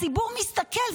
הציבור מסתכל,